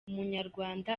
umunyarwanda